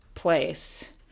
place